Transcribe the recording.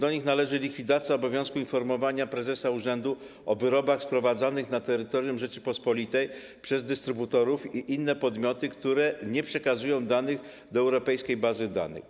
Po pierwsze, likwidacja obowiązku informowania prezesa urzędu o wyrobach sprowadzanych na terytorium Rzeczypospolitej przez dystrybutorów i inne podmioty, które nie przekazują danych do europejskiej bazy danych.